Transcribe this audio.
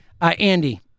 Andy